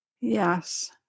Yes